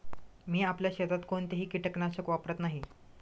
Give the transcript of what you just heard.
मी आपल्या शेतात कोणतेही कीटकनाशक वापरत नाही